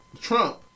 Trump